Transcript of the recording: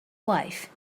wife